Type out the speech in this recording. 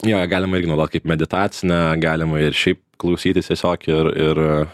jo galima irgi naudot kaip meditacinę galima ir šiaip klausytis tiesiog ir ir